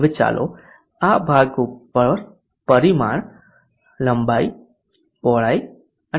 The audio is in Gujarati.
હવે ચાલો આ ભાગ પર પરિમાણ લંબાઈ અને પહોળાઈ અને ઊંચાઈ જે 40 મીમી છે